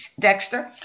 Dexter